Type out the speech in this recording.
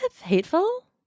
hateful